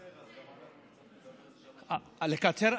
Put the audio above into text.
לקצר?